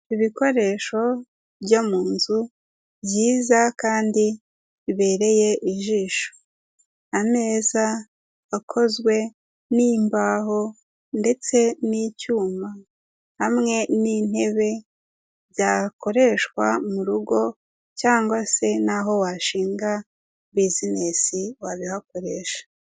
Ibikoresho byo mu nzu byiza kandi bibereye ijisho, ameza akozwe n'imbaho ndetse n'icyuma, hamwe n'intebe byakoreshwa mu rugo cyangwa se naho washinga bizinesi wabihakoresha.